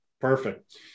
Perfect